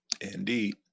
Indeed